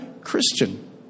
Christian